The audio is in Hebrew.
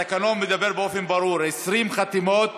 התקנון מדבר באופן ברור: 20 חתימות